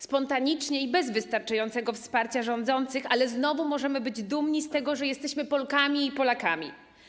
Spontanicznie i bez wystarczającego wsparcia rządzących, ale znowu możemy być dumni z tego, że jesteśmy Polkami i Polakami.